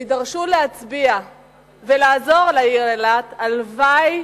הם יידרשו להצביע ולעזור לעיר אילת, הלוואי